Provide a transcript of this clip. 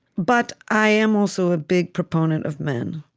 but i am, also, a big proponent of men.